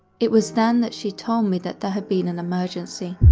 it was then that she told me that there had been an emergency